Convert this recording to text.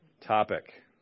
topic